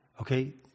Okay